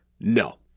No